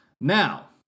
Now